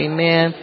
Amen